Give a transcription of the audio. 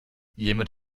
jemand